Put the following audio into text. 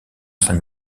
saint